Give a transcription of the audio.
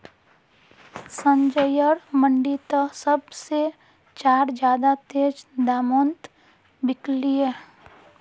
संजयर मंडी त सब से चार ज्यादा तेज़ दामोंत बिकल्ये